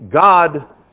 God